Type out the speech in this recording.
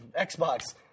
Xbox